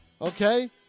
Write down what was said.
Okay